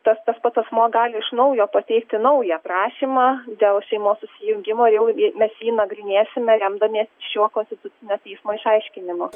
tas tas pats asmuo gali iš naujo pateikti naują prašymą dėl šeimos susijungimo vėl gi mes jį nagrinėsime remdamiesi šiuo konstitucinio teismo išaiškinimu